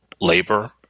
labor